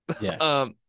Yes